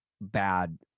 bad